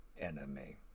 enemy